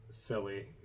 Philly